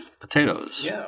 potatoes